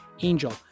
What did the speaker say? angel